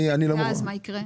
ואז מה יקרה?